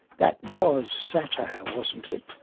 that was satire, wasn't it?